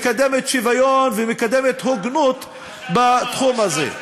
מקדמת שוויון ומקדמת הוגנות בתחום הזה.